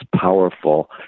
powerful